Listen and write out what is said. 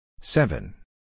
Seven